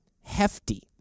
hefty